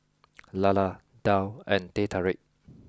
Lala Daal and Teh Tarik